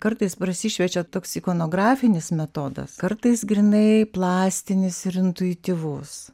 kartais prasišviečia toks ikonografinis metodas kartais grynai plastinis ir intuityvus